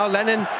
Lennon